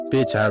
Bitch